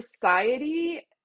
society